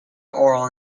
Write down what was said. oral